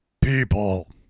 people